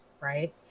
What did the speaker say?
right